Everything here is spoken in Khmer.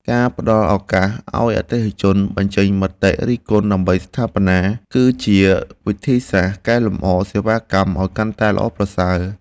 ការផ្តល់ឱកាសឱ្យអតិថិជនបញ្ចេញមតិរិះគន់ដើម្បីស្ថាបនា គឺជាវិធីសាស្ត្រកែលម្អសេវាកម្មឱ្យកាន់តែល្អប្រសើរ។